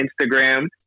Instagram